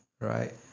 Right